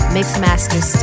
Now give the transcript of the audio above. Mixmaster